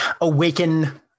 awaken